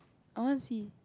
I want to see